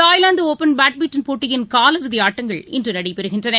தாய்லாந்துடுப்பன் badminton போட்டியின் காலிறுதிஆட்டங்கள் இன்றுநடைபெறுகின்றன